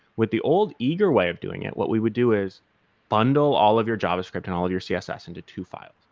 with the old eager way of doing it, what we would do is bundle all of your javascript and all of your css into two files.